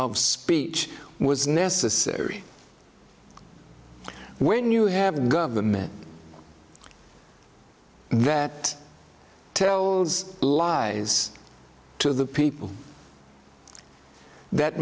of speech was necessary when you have a government that tells lies to the people that